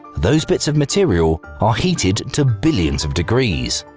those bits of material are heated to billions of degrees,